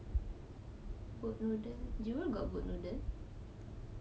boat noodle jewel got boat noodle